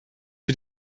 für